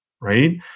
right